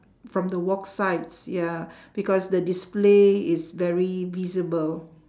from the walk sides ya because the display is very visible